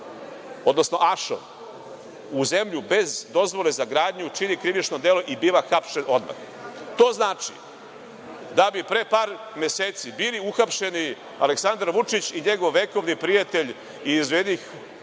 odnosno ašov u zemlju bez dozvole za gradnju čini krivično delo i biva hapšen odmah. To znači da bi pre par meseci bili uhapšeni Aleksandar Vučić i njegov vekovni prijatelj iz